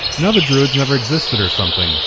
and the druids never existed or something.